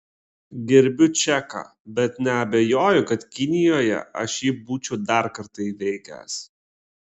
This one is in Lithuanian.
gerbiu čeką bet neabejoju kad kinijoje aš jį būčiau dar kartą įveikęs